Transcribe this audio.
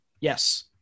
yes